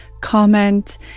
comment